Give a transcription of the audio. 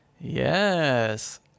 Yes